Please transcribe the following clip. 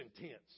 intense